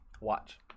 Watch